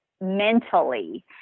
mentally